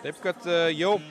taip kad jau